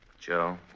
Joe